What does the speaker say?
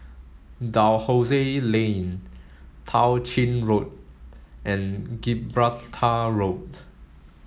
Dalhousie Lane Tao Ching Road and Gibraltar Road